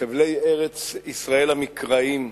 חבלי ארץ-ישראל המקראיים,